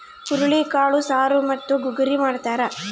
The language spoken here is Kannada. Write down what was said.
ಹುರುಳಿಕಾಳು ಸಾರು ಮತ್ತು ಗುಗ್ಗರಿ ಮಾಡ್ತಾರ